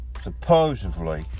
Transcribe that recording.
Supposedly